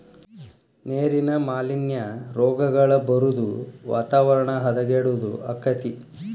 ನೇರಿನ ಮಾಲಿನ್ಯಾ, ರೋಗಗಳ ಬರುದು ವಾತಾವರಣ ಹದಗೆಡುದು ಅಕ್ಕತಿ